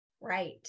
Right